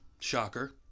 Shocker